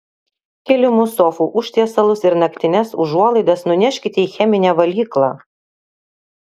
kilimus sofų užtiesalus ir naktines užuolaidas nuneškite į cheminę valyklą